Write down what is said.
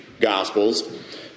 Gospels